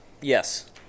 yes